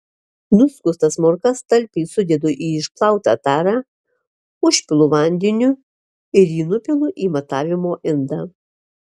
nuskustas morkas talpiai sudedu į išplautą tarą užpilu vandeniu ir jį nupilu į matavimo indą